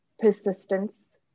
persistence